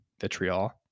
vitriol